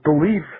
believe